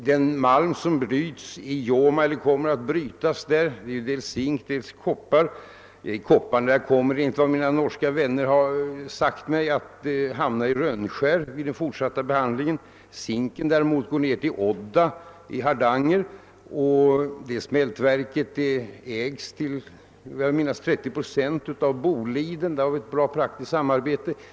Den malm som kommer att brytas i Joma ger dels zink, dels koppar, som redan nämnts. Kopparn skall, enligt vad mina norska vänner sagt mig, hamna i Rönnskär för den fortsatta behandlingen. Zinken däremot går ner till Odda i Hardanger, och smältverket där ägs av Boliden till, vill jag minnas, 30 procent. Där har vi ett exempel på praktiskt samarbete.